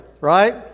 right